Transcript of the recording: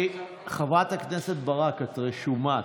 חברת הכנסת ברק, את רשומה.